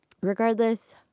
regardless